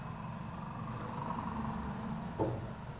ಬೆಳಿ ವಿಮೆ ಮಾಡಿಸಿದ್ರ ಏನ್ ಛಲೋ ಆಕತ್ರಿ?